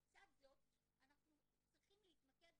לצד זאת אנחנו צריכים להתמקד,